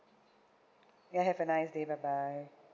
you have a nice day bye bye